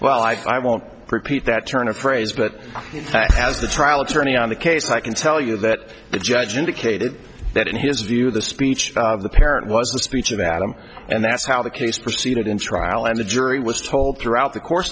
well i won't repeat that turn of phrase but as the trial attorney on the case i can tell you that the judge indicated that in his view the speech of the parent was the speech of adam and that's how the case proceeded in trial and the jury was told throughout the course